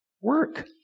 work